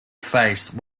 face